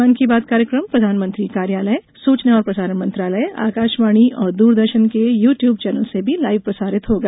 मन की बात कार्यक्रम प्रधानमंत्री कार्यालय सूचना और प्रसारण मंत्रालय आकाशवाणी और दूरदर्शन के यू ट्यूब चैनल से भी लाइव प्रसारित होगा